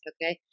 Okay